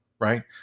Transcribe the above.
Right